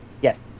Yes